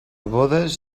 bodes